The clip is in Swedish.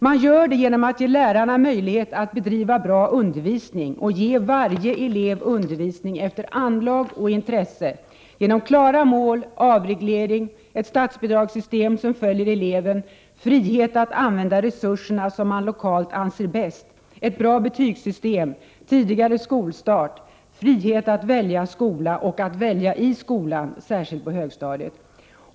Man gör det genom att ge lärarna möjlighet att bedriva bra undervisning och ge varje elev undervisning efter anlag och intresse, genom klara mål, avreglering, ett statsbidragssystem som följer eleven, frihet att använda resurserna som man lokalt anser bäst, ett bra betygssystem, tidigare skolstart, frihet att välja skola och att välja i skolan, särskilt på högstadiet.